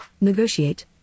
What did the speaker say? negotiate